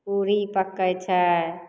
पूड़ी पकइ छै